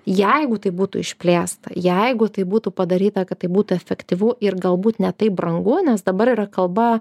jeigu tai būtų išplėsta jeigu tai būtų padaryta kad tai būtų efektyvu ir galbūt ne taip brangu nes dabar yra kalba